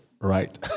Right